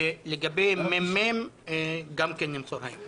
לגבי מ"מ, גם כן נמסור היום.